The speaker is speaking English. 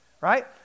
right